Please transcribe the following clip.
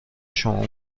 شما